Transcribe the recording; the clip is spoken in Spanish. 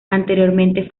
anteriormente